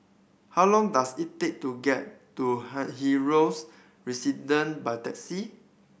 how long does it take to get to Helios Residence by taxi